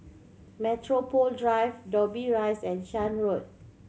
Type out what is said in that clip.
Metropole Drive Dobbie Rise and Shan Road